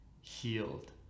healed